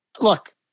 look